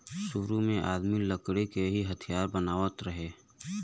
सुरु में आदमी लकड़ी के ही हथियार बनावत रहे